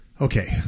Okay